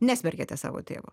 nesmerkiate savo tėvo